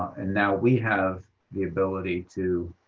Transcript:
and now we have the ability to